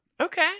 Okay